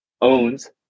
owns